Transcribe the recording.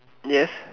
yes